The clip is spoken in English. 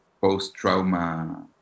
post-trauma